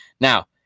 Now